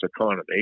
economy